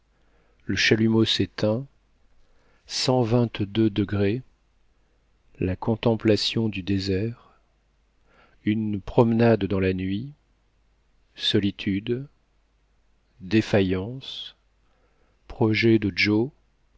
le chalumeau s'éteint cent vingt-deux degrés la contemplation du désert une promenade dans la nuit solitude défaillance projets de joe